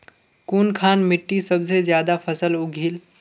कुनखान मिट्टी सबसे ज्यादा फसल उगहिल?